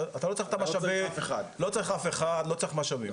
אתה לא צריך אף אחד ולא צריך משאבים.